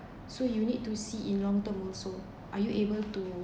so you need to see in long term also are you able to